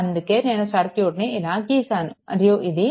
అందుకే నేను సర్క్యూట్ని ఇలా గీశాను మరియు ఇది